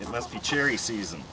it must be cheery season